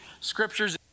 scriptures